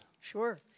Sure